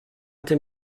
tym